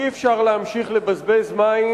אי-אפשר להמשיך לבזבז מים.